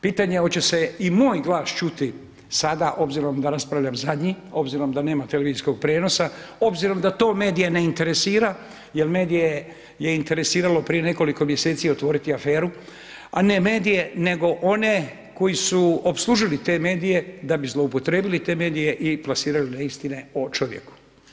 Pitanje hoće se i moj glas čuti sada obzirom da raspravljam zadnji, obzirom da nema televizijskog prijenosa, obzirom da to medije ne interesira jel medije je interesiralo prije nekoliko mjeseci otvoriti aferu, a ne medije nego one koji su opslužili te medije da bi zloupotrebili te medije i plasirali neistine o čovjeku.